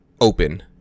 open